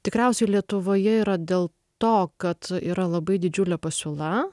tikriausiai lietuvoje yra dėl to kad yra labai didžiulė pasiūla